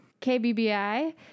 KBBI